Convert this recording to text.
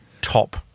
top